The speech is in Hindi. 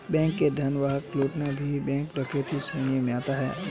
बैंक के धन वाहन को लूटना भी बैंक डकैती श्रेणी में आता है